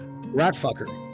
Ratfucker